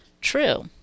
true